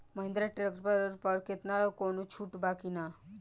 Mahindra tractor पर केतना कौनो छूट बा कि ना?